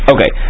Okay